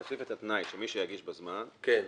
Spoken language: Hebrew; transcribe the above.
תוסיף את התנאי שמי שיגיש בזמן --- נכון,